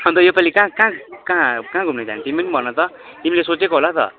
अन्त योपालि कहाँ कहाँ कहाँ कहाँ घुम्नु जाने तिमी पनि भन त तिमीले सोचेको होला त